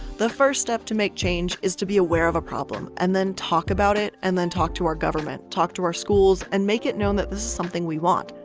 the first step to make change, is to be aware of a problem and then talk about it, and then talk to our government, talk to our schools and make it known that this is something we want.